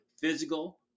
physical